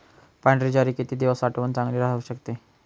पांढरी ज्वारी किती दिवस साठवून चांगली राहू शकते?